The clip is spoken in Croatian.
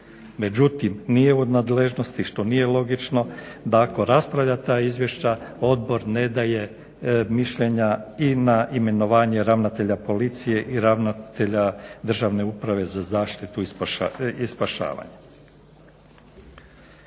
Međutim nije u nadležnosti, što nije logično, da ako raspravlja ta izvješća odbor ne daje mišljenja i na imenovanje ravnatelja Policije i ravnatelja Državne uprave za zaštitu i spašavanje.